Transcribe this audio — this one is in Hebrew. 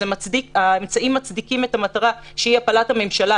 והאמצעים מצדיקים את המטרה שהיא הפלת הממשלה,